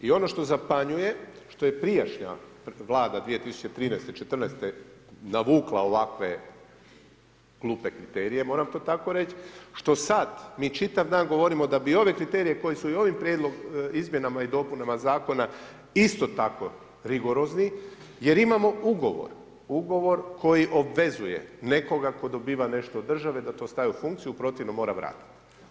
I ono što zapanjuje što je prijašnja Vlada 2013., 2014. navukla ovakve glupe kriterije, moram to tako reći, što sada mi čitav dan govorimo da bi i ove kriterije koje su i ovim prijedlog, izmjenama i dopunama zakona, isto tako rigorozni, jer imamo ugovor, ugovor, koji obvezuje nekoga tko dobiva nešto od države da to stavi u funkciju, u protivnom mora vratiti.